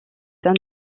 saint